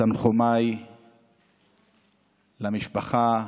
תנחומיי למשפחה,